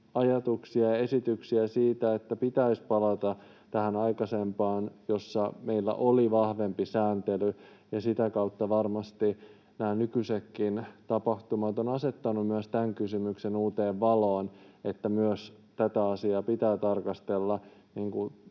ajatuksia, esityksiä siitä, että pitäisi palata tähän aikaisempaan, jossa meillä oli vahvempi sääntely, ja sitä kautta varmasti nämä nykyisetkin tapahtumat ovat asettaneet myös tämän kysymyksen uuteen valoon, että myös tätä asiaa pitää tarkastella